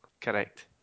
Correct